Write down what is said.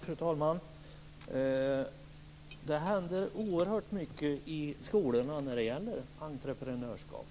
Fru talman! Det händer oerhört mycket i skolorna när det gäller entreprenörskap.